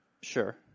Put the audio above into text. Sure